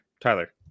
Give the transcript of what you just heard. Tyler